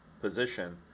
position